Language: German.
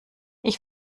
ich